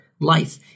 Life